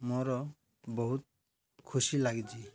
ମୋର ବହୁତ ଖୁସି ଲାଗିଛି